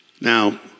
Now